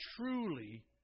truly